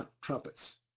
trumpets